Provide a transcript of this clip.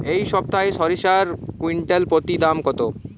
এই সপ্তাহে সরিষার কুইন্টাল প্রতি দাম কত?